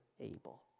able